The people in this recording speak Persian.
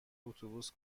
اتوبوس